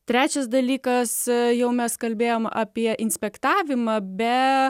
trečias dalykas jau mes kalbėjom apie inspektavimą be